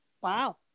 Wow